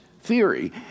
theory